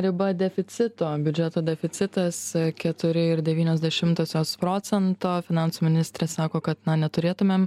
riba deficito biudžeto deficitas keturi ir devynios dešimtosios procento finansų ministrė sako kad na neturėtumėm